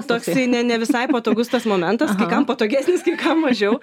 toksai ne ne visai patogus tas momentas kai kam patogesnis kai kam mažiau